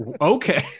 Okay